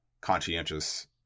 conscientious